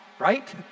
right